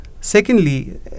Secondly